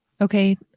Okay